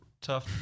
tough